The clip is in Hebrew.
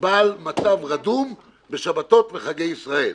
בעל מצב רדום בשבתות וחגי ישראל.